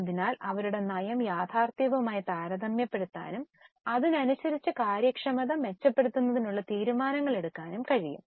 അതിനാൽ അവരുടെ നയം യഥാർത്ഥവുമായി താരതമ്യപ്പെടുത്താനും അതിനനുസരിച്ച് കാര്യക്ഷമത മെച്ചപ്പെടുത്തുന്നതിനുള്ള തീരുമാനങ്ങൾ എടുക്കാനും കഴിയും